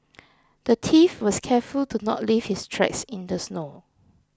the thief was careful to not leave his tracks in the snow